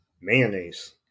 Mayonnaise